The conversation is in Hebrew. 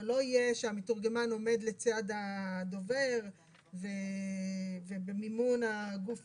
אבל לא יהיה שהמתורגמן עומד לצד הדובר ובמימון הגוף